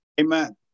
Amen